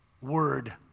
word